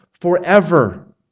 forever